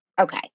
Okay